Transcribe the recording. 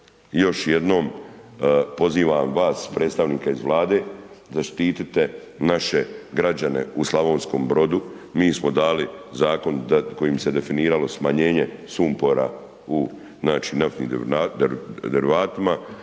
Još jednom pozivam vas predstavnika iz Vlade da zaštitite naše građane u Slavonskom Brodu, mi smo dali zakon kojim bi se definiralo smanjenje sumpora u naftnim derivatima